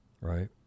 right